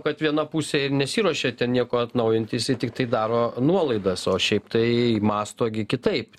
kad viena pusė ir nesiruošė ten nieko atnaujinti jisai tiktai daro nuolaidas o šiaip tai mąsto gi kitaip